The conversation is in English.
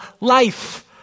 life